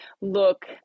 Look